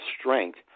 strength